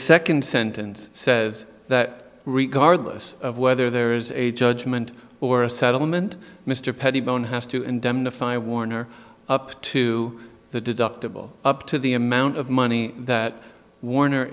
second sentence says that regardless of whether there is a judgment or a settlement mr pettibone has to indemnify warner up to the deductible up to the amount of money that warner